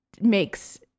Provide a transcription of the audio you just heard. makes